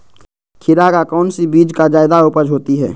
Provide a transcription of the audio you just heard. खीरा का कौन सी बीज का जयादा उपज होती है?